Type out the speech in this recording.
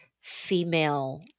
female